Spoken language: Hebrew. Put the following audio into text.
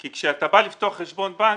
כי כשאתה בא לפתוח חשבון בנק,